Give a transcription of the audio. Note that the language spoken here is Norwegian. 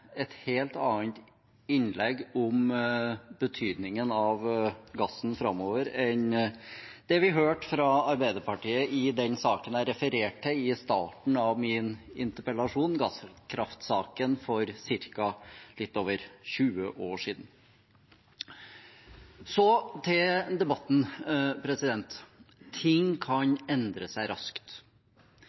et helt annet innlegg om betydningen av gassen framover enn det vi hørte fra Arbeiderpartiet i den saken jeg refererte til i starten av min interpellasjon, Gasskraftsaken for litt over 20 år siden. Så til debatten: Ting kan endre seg raskt.